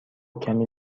کمی